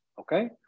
Okay